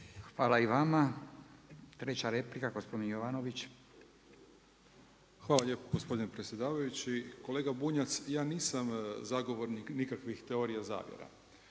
Hvala i vama. Treća replika gospodin Jovanović. **Jovanović, Željko (SDP)** Hvala lijepa gospodine predsjedavajući. Kolega Bunjac, ja nisam zagovornik nikakvih teorija zavjera.